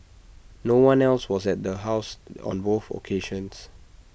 no one else was at the house on both occasions